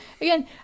again